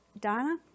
Donna